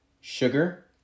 sugar